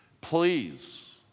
Please